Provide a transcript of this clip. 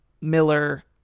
Miller